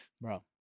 Bro